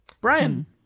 Brian